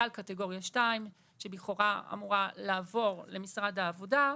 על קטגוריה 2 שלכאורה אמורה לעבור למשרד העבודה,